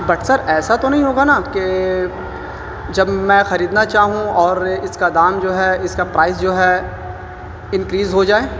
but sir ایسا تو نہیں ہوگا نا کہ جب میں خریدنا چاہوں اور اس کا دام جو ہے اس کا پرائس جو ہے انکریز ہو جائےیں